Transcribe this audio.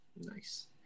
Nice